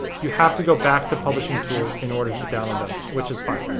you have to go back to publishing tools in order to download them which is fine.